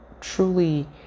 truly